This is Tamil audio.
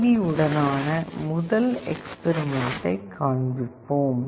டி உடனான முதல் எக்ஸ்பெரிமெண்ட்டைக் காண்பிப்போம்